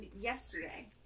yesterday